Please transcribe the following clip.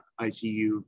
ICU